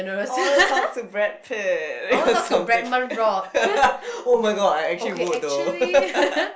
I wanna talk to Brad Pitt something oh-my-god I actually would though